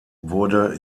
wurde